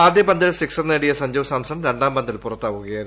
ആദ്യ പന്തിൽ സിക്സർ നേടിയ സഞ്ജു സാംസൺ രണ്ടാം പന്തിൽ പുറത്താവുകയായിരുന്നു